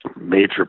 Major